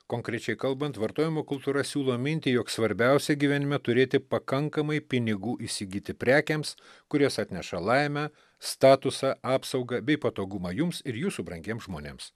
konkrečiai kalbant vartojimo kultūra siūlo mintį jog svarbiausia gyvenime turėti pakankamai pinigų įsigyti prekėms kurios atneša laimę statusą apsaugą bei patogumą jums ir jūsų brangiems žmonėms